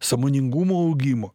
sąmoningumo augimo